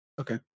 okay